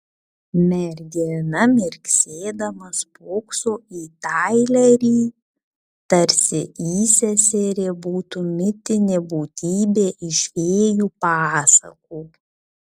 mergina mirksėdama spokso į tailerį tarsi įseserė būtų mitinė būtybė iš fėjų pasakų